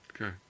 Okay